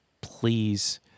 Please